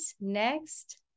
next